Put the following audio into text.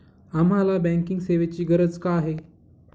आम्हाला बँकिंग सेवेची गरज का आहे?